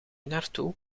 naartoe